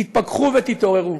תתפכחו ותתעוררו.